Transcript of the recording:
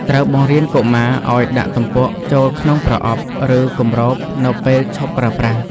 ត្រូវបង្រៀនកុមារឱ្យ ដាក់ទំពក់ ចូលក្នុងប្រអប់ ឬគម្របនៅពេលឈប់ប្រើប្រាស់។